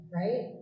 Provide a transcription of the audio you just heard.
right